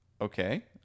okay